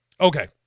Okay